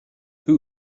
who